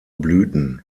blüten